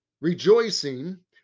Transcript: Rejoicing